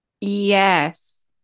Yes